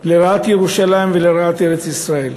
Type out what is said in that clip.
לרעת ירושלים ולרעת ארץ-ישראל.